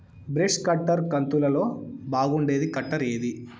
Brush cutter కంతులలో బాగుండేది cutter ఏది?